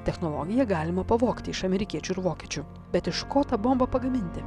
technologiją galima pavogti iš amerikiečių ir vokiečių bet iš ko tą bombą pagaminti